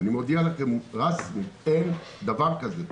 אני מודיע לכם רשמית, אין דבר כזה.